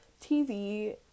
tv